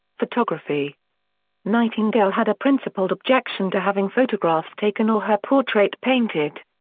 photography nightingale had a principled objection to having photographs taken or her portrait painted.